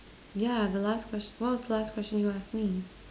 yeah the last question what was the last question you asked me